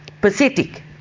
Pathetic